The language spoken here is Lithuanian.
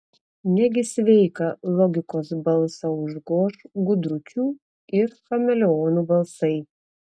negi sveiką logikos balsą užgoš gudručių ir chameleonų balsai